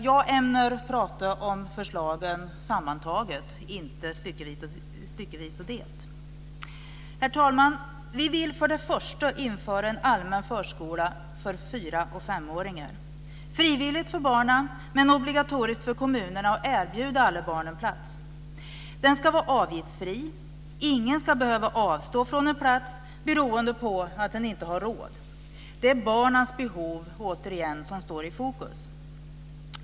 Jag ämnar prata om förslagen sammantaget, inte styckevis och delat. Herr talman! Vi vill först och främst införa en allmän förskola för 4-5-åringar. Den ska vara frivillig för barnen, men det ska vara obligatoriskt för kommunerna att erbjuda alla barnen plats. Den ska vara avgiftsfri. Ingen ska behöva avstå från en plats beroende på att man inte har råd. Det är återigen barnens behov som står i fokus.